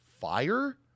fire